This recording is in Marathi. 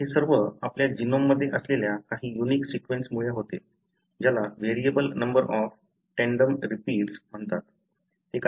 तर हे सर्व आपल्या जीनोममध्ये असलेल्या काही युनिक सिक्वेन्स मुळे होते ज्याला variable number of tandem repeats म्हणतात